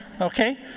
Okay